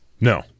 No